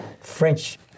French